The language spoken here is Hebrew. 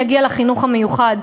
יגיע לחינוך המיוחד,